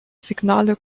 signale